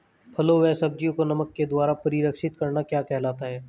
फलों व सब्जियों को नमक के द्वारा परीक्षित करना क्या कहलाता है?